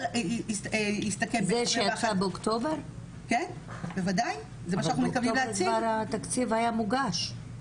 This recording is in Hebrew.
זה שהיה באוקטובר, הוא כבר היה מוגש.